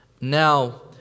Now